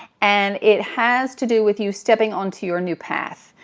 and it has to do with you stepping onto your new path.